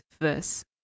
verse